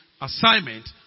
assignment